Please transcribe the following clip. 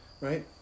right